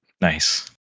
Nice